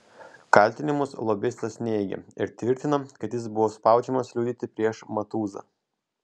kaltinimus lobistas neigia ir tvirtina kad jis buvo spaudžiamas liudyti prieš matuzą